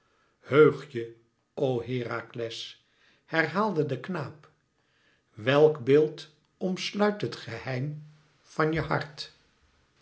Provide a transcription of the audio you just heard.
je o herakles herhaalde de knaap welk beeld omsluit het geheim van je hart